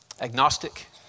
agnostic